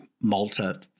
Malta